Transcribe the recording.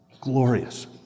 glorious